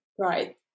right